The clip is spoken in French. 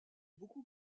beaucoup